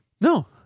No